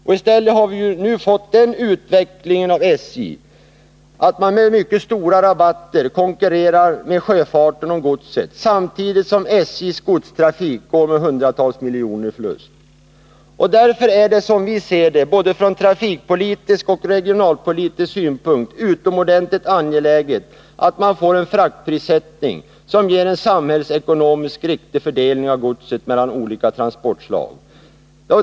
I stället har vi fått den utvecklingen att SJ med mycket stora rabatter konkurrerar med sjöfarten om godset, samtidigt som SJ:s godstrafik går med hundratals miljoner i förlust. Därför är det, som vi ser det, både från trafikpolitisk och regionalpolitisk synpunkt utomordentligt angeläget att få én fraktprissättning som ger en samhällsekonomiskt riktig fördelning av godset mellan olika transportslag.